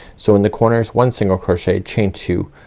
so in the corners one single crochet, chain two,